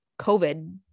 covid